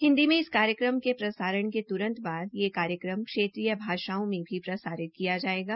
हिन्दी में इस कार्यक्रम के प्रसारण के त्रंत बाद यह कार्यक्रम क्षेत्रीय भाषाओं में भी प्रसारित किया जायेगा